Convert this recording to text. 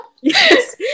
Yes